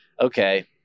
okay